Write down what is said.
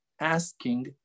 asking